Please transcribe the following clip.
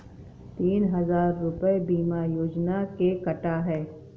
तीन हजार रूपए बीमा योजना के कटा है